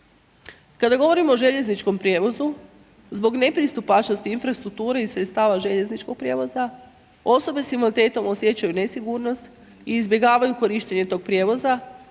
Kada govorimo o željezničkom prijevozu, zbog nepristupačnosti infrastrukture i sredstava željezničkog prijevoza, osobe sa invaliditetom osjećaju nesigurnost i izbjegavaju korištenje tog prijevoza